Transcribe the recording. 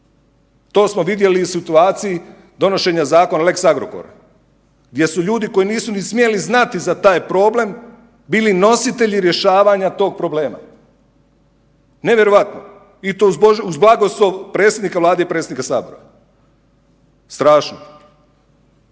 To smo vidjeli i u situaciji donošenja zakona o lex Agrokoru gdje su ljudi koji nisu ni smjeli znati za taj problem bili nositelji rješavanja tog probleme, nevjerojatno i to uz blagoslov predsjednika Vlade i predsjednika sabora. Strašno.